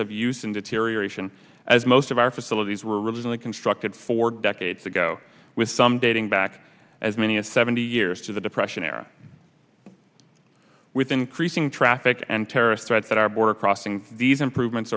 of using deterioration as most of our facilities were recently constructed for decades ago with some dating back as many as seventy years to the depression era with increasing traffic and terrorist threats that our border crossing these improvements